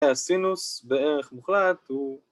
‫הסינוס בערך מוחלט הוא...